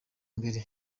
mbere